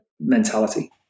mentality